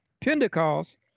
Pentecost